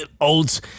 old